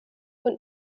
und